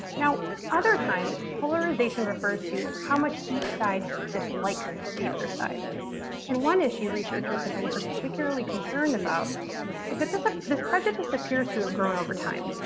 now, other times polarization refers to how much each side dislikes, the other side and one issue researchers have been particularly concerned about is it this ah this project has appears to have grown over time.